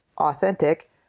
authentic